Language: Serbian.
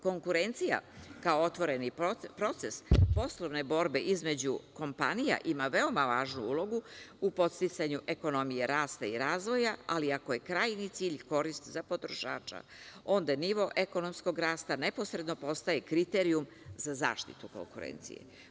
Konkurencija kao otvoreni proces poslovne borbe između kompanija ima veoma važnu ulogu u podsticanju ekonomije rasta i razvoja, ali ako je krajnji cilj koristi za potrošača, onda nivo ekonomskog rasta neposredno postaje kriterijum za zaštitu konkurencije.